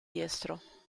diestro